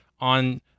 on